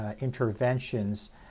interventions